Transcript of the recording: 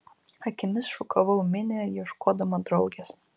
akimis šukavau minią ieškodama draugės